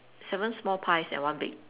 seven small pies and one big